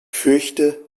fürchte